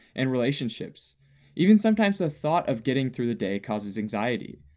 and relationships even sometimes the thought of getting through the day causes anxiety.